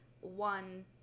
one